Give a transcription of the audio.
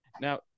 Now